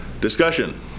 Discussion